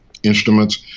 instruments